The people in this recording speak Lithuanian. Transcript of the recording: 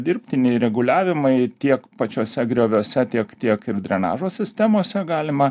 dirbtiniai reguliavimai tiek pačiuose grioviuose tiek tiek ir drenažo sistemose galima